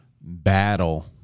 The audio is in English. battle